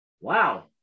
wow